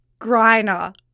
Griner